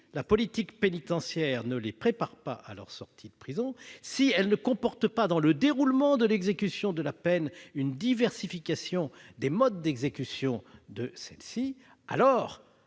la politique pénitentiaire ne les prépare pas à leur sortie de prison, si elle ne comporte pas, dans le déroulement de l'exécution de la peine, une diversification des modes d'exécution de celle-ci, alors